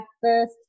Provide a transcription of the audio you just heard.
first